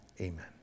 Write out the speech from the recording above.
Amen